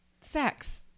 Sex